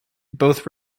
both